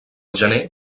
gener